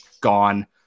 gone